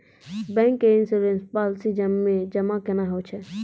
Bank के insurance policy मे जमा केना होय छै?